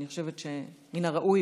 אני חושבת שמן הראוי,